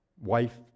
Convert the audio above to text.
wife